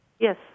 Yes